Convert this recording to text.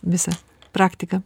visą praktiką